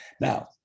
Now